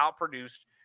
outproduced